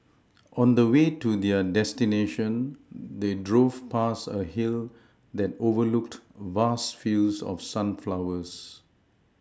on the way to their destination they drove past a hill that overlooked vast fields of sunflowers